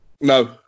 No